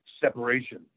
separation